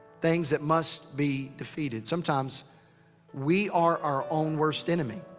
things that must be defeated. sometimes we are our own worst enemy.